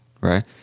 right